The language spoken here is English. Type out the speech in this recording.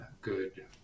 good